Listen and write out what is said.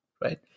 Right